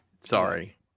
sorry